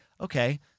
Okay